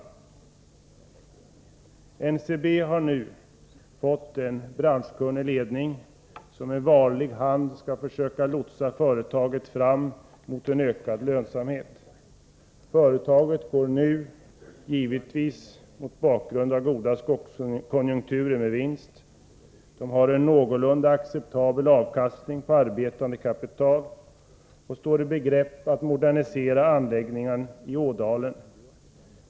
NCB har nu fått en branschkunnig ledning, som med varlig hand skall lotsa företaget fram mot ökad lönsamhet. Företaget går nu, givetvis tack vare goda skogskonjunkturer, med vinst. Det har en någorlunda acceptabel avkastning på arbetande kapital och står i begrepp att modernisera anläggningen i Ådalen.